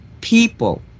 people